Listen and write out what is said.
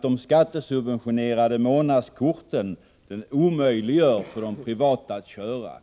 De skattesubventionerade månadskorten omöjliggör nämligen för de privata bussföretagen att köra.